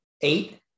Eight